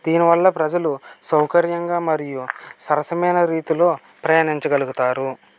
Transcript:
దీనివల్ల ప్రజలు సౌకర్యంగా మరియు సరసమైన రీతిలో ప్రయాణించ గలుగుతారు